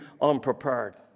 unprepared